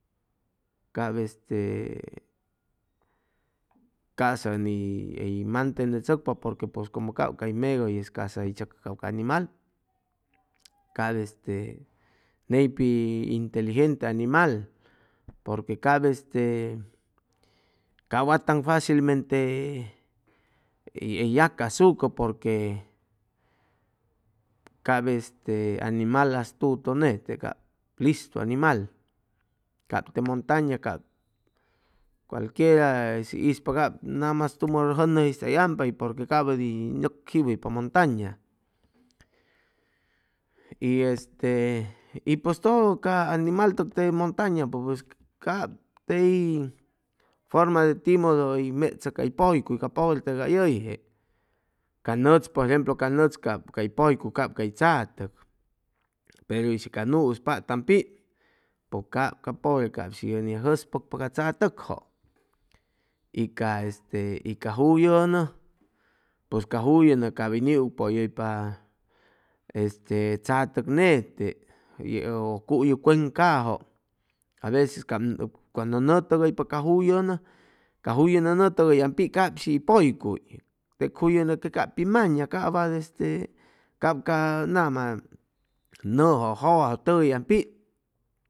Cap este ca'sa ʉni hʉy mantenechʉcpa porque cap como ca'sa hʉy megʉye ca'sa hʉy chʉcʉ ca animal cap este ney pit inteligente animal porque cap este cap wat tan facilmente hʉy yacasucʉ porque cap este animal astuto nete cap listu animal cap te montaña cap cualquiera hʉy ispa cap nadamas tumʉ jʉnʉmpa hʉy ampa y cap porque cap ʉdi nʉcjiwuhʉypa montaña y este y pʉs todo ca animal tʉg teg montaña cap tey forma de timodo hʉy mechʉ cay pʉycuy ca pobre tʉgay hʉyje ca nʉtz por ejemplo ca nʉtz cay pʉycuy cap cay tzatʉk pero y shi ca nuu hʉy patam pit pʉj cap ca pobre cap shi ʉni yagjʉspʉcpa ca tzatʉkjʉ y ca este juyʉnʉ pues ca juyʉnʉ cap hʉy ni ʉgpʉyʉypa tzatʉk nete pero cuyu cuencajʉ aveces cuando nʉʉ tʉgʉypa ca juyʉnʉ ca juyʉnʉ nʉʉ tʉgʉyam pit cap shi pʉycuy teg juyʉnʉ que cap pi maña cap wat este cap ca nama nʉjʉ jʉwajʉ tʉguyam pit